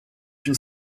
une